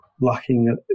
lacking